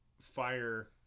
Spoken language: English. fire